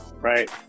right